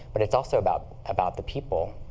but it's also about about the people.